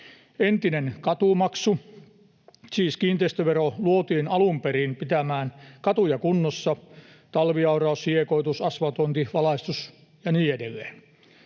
Entinen katumaksu, siis kiinteistövero, luotiin alun perin pitämään katuja kunnossa: talviauraus, hiekoitus, asvaltointi, valaistus ja niin edelleen.